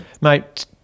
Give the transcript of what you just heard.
Mate